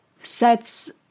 sets